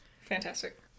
Fantastic